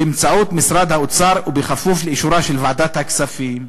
באמצעות משרד האוצר ובכפוף לאישורה של ועדת הכספים."